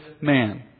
man